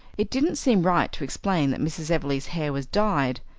it didn't seem right to explain that mrs. everleigh's hair was dyed.